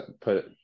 put